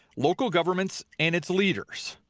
local governments and its leaders.